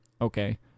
Okay